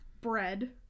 bread